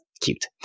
cute